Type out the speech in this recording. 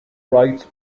rights